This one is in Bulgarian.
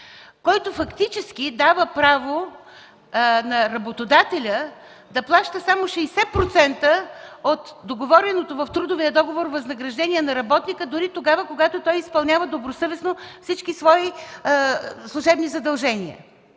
който фактически дава право на работодателя да плаща само 60% от договореното в трудовия договор възнаграждение на работника дори тогава, когато той изпълнява добросъвестно всички свои служебни задължения.